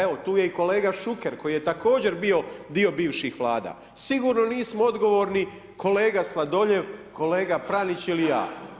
Evo tu i je kolega Šuker koji je također bio dio bivših Vlada, sigurno nismo odgovorni kolega Sladoljev, kolega Pranić ili ja.